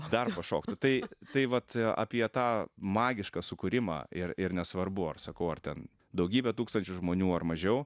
dar pašoktų tai tai vat apie tą magišką sukūrimą ir ir nesvarbu ar sakau ar ten daugybė tūkstančių žmonių ar mažiau